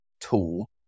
tool